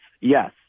yes